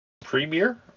premier